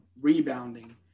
rebounding